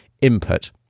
input